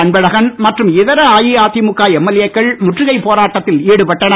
அன்பழகன் மற்றும் இதர அஇஅதிமுக எம்எல்ஏக்கள் முற்றுகை போராட்டத்தில் ஈடுபட்டனர்